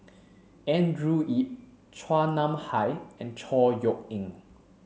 Andrew Yip Chua Nam Hai and Chor Yeok Eng